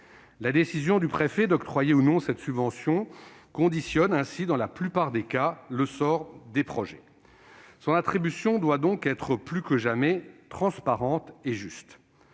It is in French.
La décision du préfet d'octroyer, ou non, cette subvention conditionne ainsi dans la plupart des cas le sort d'un projet. Son attribution doit donc être plus que jamais transparente et juste.